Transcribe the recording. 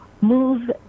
move